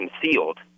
concealed